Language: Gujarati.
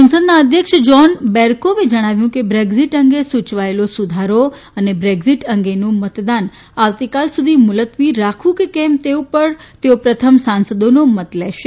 સંસદના અધ્યક્ષ જોન બેરકોવે જણાવ્યું હતું કે બ્રેક્ઝીટ અંગે સૂચવાયેલો સુધારો અને બ્રેક્ઝીટ અંગેનું મતદાન આવતીકાલ સુધી મુલતવી રાખવું કે કેમ તે ઉપર તેઓ પ્રથમ સાંસદોનો મત લેશે